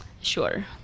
Sure